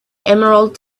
emerald